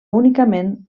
únicament